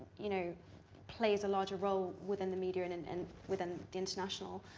you know plays a larger role within the media and and and within the international